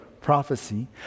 prophecy